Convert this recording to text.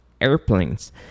airplanes